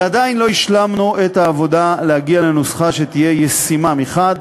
ועדיין לא השלמנו את העבודה להגיע לנוסחה שתהיה ישימה מצד אחד